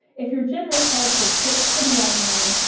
if your generous heart would take pity on mine,